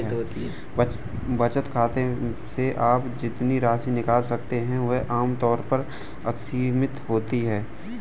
बचत खाते से आप जितनी राशि निकाल सकते हैं वह आम तौर पर असीमित होती है